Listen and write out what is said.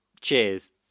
cheers